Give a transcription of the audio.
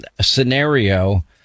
scenario